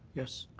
yes.